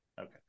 Okay